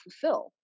fulfill